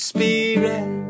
Spirit